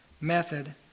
method